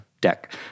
deck